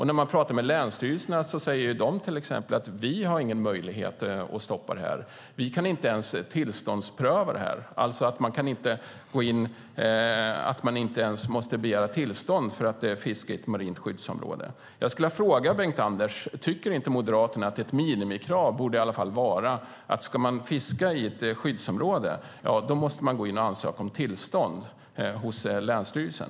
När man talar med länsstyrelserna säger de till exempel att de inte har någon möjlighet att stoppa detta. De kan inte ens tillståndspröva detta. De kan alltså inte ens säga att tillstånd måste begäras för att få fiska i ett marint skyddsområde. Jag vill därför fråga Bengt-Anders Johansson följande: Tycker inte Moderaterna att ett minimikrav om man ska fiska i ett skyddsområde i alla fall borde vara att man måste ansöka om tillstånd hos länsstyrelsen?